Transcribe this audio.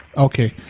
okay